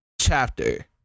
chapter